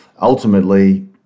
Ultimately